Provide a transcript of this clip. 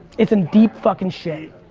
it's in deep fuckin' shit.